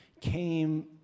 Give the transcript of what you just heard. came